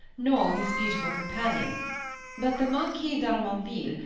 nor his beautiful companion but the marquis d'harmonville,